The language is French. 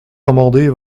amender